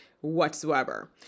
whatsoever